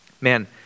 Man